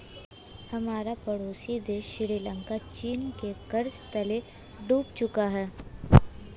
हमारा पड़ोसी देश श्रीलंका चीन के कर्ज तले डूब चुका है